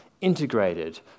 integrated